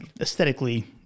aesthetically